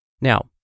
Now